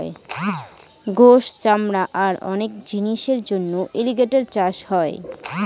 গোস, চামড়া আর অনেক জিনিসের জন্য এলিগেটের চাষ হয়